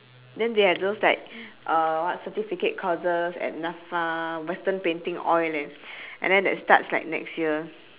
then they have those like what certificate courses at laselle western painting oil and and then that start like next year